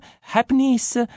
happiness